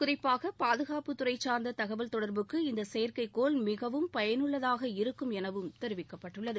குறிப்பாக பாதுகாப்பு துறை சார்ந்த தகவல் தொடர்புக்கு இந்த செயற்கைக்கோள் மிகவும் பயனுள்ளதாக இருக்கும் எனவும் தெரிவிக்கப்பட்டுள்ளது